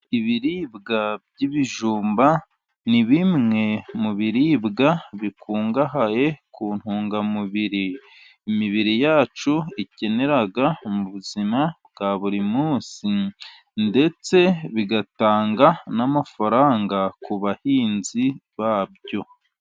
Ibiribwa by'ibijumba ni bimwe mu biribwa bikungahaye ku ntungamubiri imibiri yacu ikenera, mu buzima bwa buri munsi, ndetse bigatanga n'amafaranga ku bahinzi babyo.